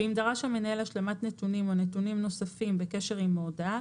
ואם דרש המנהל השלמת נתונים או נתונים נוספים בקשר עם ההודעה